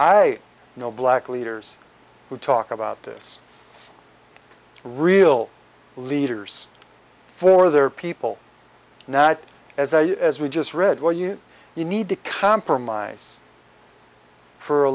know black leaders who talk about this real leaders for their people not as i as we just read where you need to compromise for a